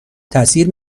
تاثیر